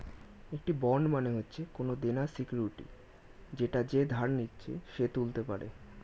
একটি বন্ড মানে হচ্ছে কোনো দেনার সিকিউরিটি যেটা যে ধার নিচ্ছে সে তুলতে পারে